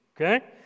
Okay